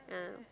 ah